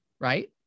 Right